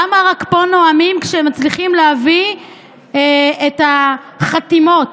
למה רק פה נואמים, כשמצליחים להביא את החתימות?